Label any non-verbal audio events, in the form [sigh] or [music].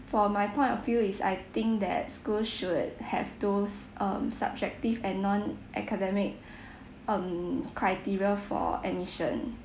for my point of view is I think that schools should have those um subjective and non academic [breath] um criteria for admission